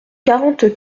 quarante